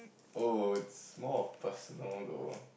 oh it's more of personal though